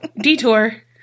Detour